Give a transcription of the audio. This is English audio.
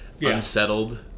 unsettled